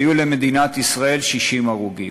היו למדינת ישראל 60 הרוגים.